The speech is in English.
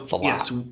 yes